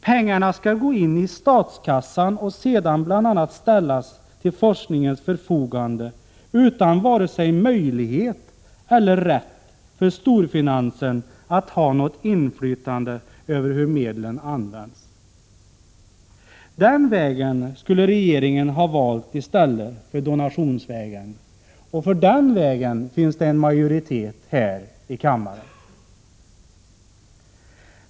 Pengarna skall gå in i statskassan och sedan bl.a. ställas till forskningens förfogande, utan vare sig möjlighet eller rätt för storfinansen att ha något inflytande över hur medlen används. Den vägen skulle regeringen ha valt i stället för donationsvägen. För den vägen finns det en majoritet här i kammaren.